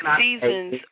seasons